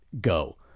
go